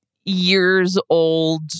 years-old